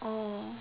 oh